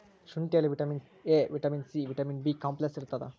ಶುಂಠಿಯಲ್ಲಿ vitamin A vitamin C vitamin B complex ಇರ್ತಾದ